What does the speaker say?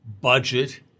budget